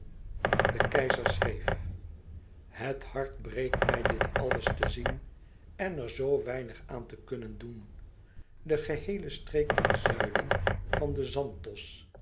de keizer schreef het hart breekt mij dit alles te zien en er zoo weinig aan te kunnen doen de geheele streek ten zuiden van den zanthos